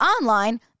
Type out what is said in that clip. online